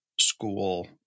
school